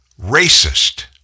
racist